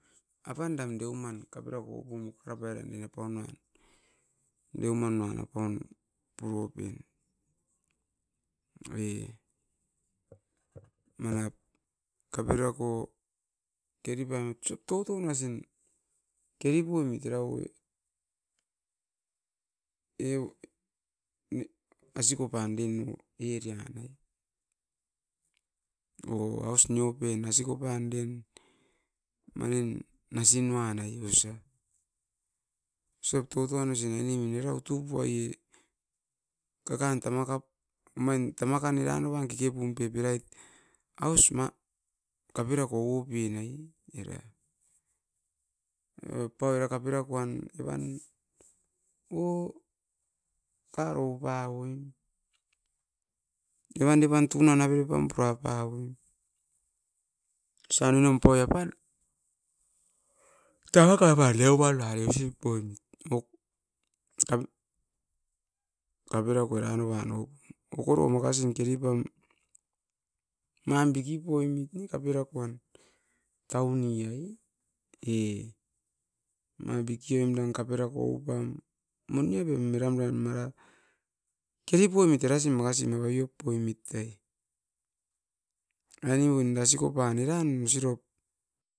Apan dam deuman kaperako oupum kaka rapai ran apaun nuan deu manuan apaun puro pep. E- manap kaperako keri pam totonasin keri poimit era asikopan area wan, o aus nio pen askopan manin nasin nuan ai osa. Osirop toton nuasin oin era utu puaie kakan tamakap punoi eran tamakin keke punoim, aus kaperako ouopen ai, paui era kaperakoan okar oupaoim evan evan avere pan tunan pura pawoim. Osan oinom punai tamaka nuan deumanuan usim poimit. O kaperako eran nuavat okoro makasi keri pam. Mam biki poimit ne kaperako an taun niai e ma biki oim da moni avan moi keri poimit makasi babiop poimit taie aine min askopan eran au sirop.